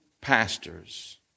pastors